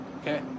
okay